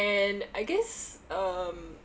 and I guess um